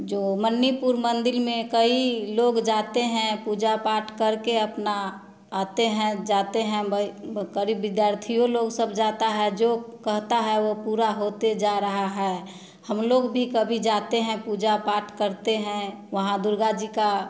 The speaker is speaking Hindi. जो मन्नीपुर मंदिर कई लोग जाते हैं पूजा पाठ करके अपना आते हैं जाते हैं विद्यार्थियो लोग सब जाता है जो कहता है वो पूरा होते जा रहा है हम लोग भी कभी जाते हैं पूजा पाठ करते हैं वहाँ दुर्गा जी का